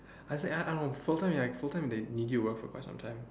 I said I don't know full time full time they need you to work for quite some time